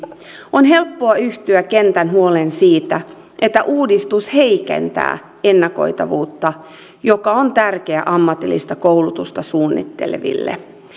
on helppoa yhtyä kentän huoleen siitä että uudistus heikentää ennakoitavuutta joka on tärkeää ammatillista koulutusta suunnitteleville